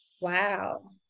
Wow